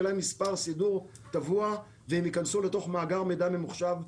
יהיה להם מספר סידור טבוע והם ייכנסו לתוך מאגר מידע ממוחשב.